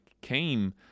came